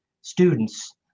students